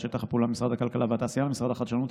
שטח הפעולה ממשרד הכלכלה והתעשייה למשרד החדשנות,